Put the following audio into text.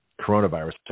coronavirus